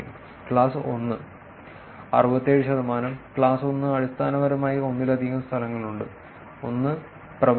class 1 67 ശതമാനം class 1 അടിസ്ഥാനപരമായി ഒന്നിലധികം സ്ഥലങ്ങളുണ്ട് ഒന്ന് പ്രബലമാണ്